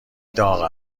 داغ